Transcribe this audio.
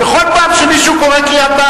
בכל פעם שמישהו קורא קריאה,